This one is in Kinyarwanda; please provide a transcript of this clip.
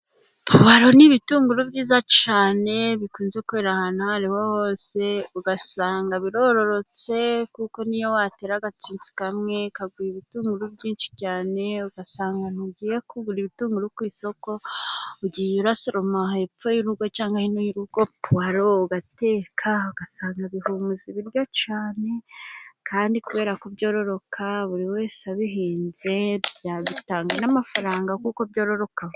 Puwaro n'ibitunguru byiza cyane bikunze kubera ahantu aho ari hose ugasanga birorotse kuko niyo watera agatsinsi kamwe kaguha ibitunguru byinshi cyane ugasanga umuntu ntugiye kugura ibitunguru ku isoko ugiye urasoroma hepfo y'urugo cyangwa hino y'urugo puwaro ugateka ugasanga bihumuza ibiryo cyane kandi kubera ko byororoka buri wese abihinze byanatanga n'amafaranga kuko byororoka.